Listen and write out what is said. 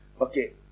okay